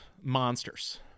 monsters